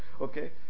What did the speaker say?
Okay